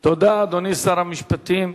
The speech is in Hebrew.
תודה, אדוני שר המשפטים.